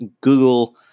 Google